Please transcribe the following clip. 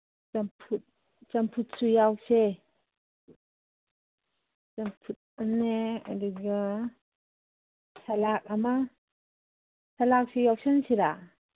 ꯆꯝꯐꯨꯠꯁꯨ ꯌꯥꯎꯁꯦ ꯆꯝꯐꯨꯠ ꯑꯃꯅꯦ ꯑꯗꯨꯒ ꯁꯂꯥꯠ ꯑꯃ ꯁꯂꯥꯠꯁꯨ ꯌꯥꯎꯁꯤꯟꯁꯤꯔꯥ